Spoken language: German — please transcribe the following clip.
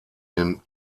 den